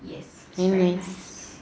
yes anyways